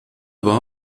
war